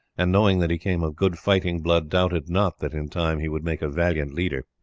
and knowing that he came of good fighting blood doubted not that in time he would make a valiant leader.